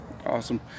awesome